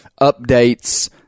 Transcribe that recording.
updates